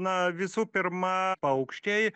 na visų pirma paukščiai